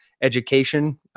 education